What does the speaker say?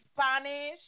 Spanish